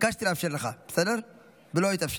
ביקשתי לאפשר לך, ולא התאפשר.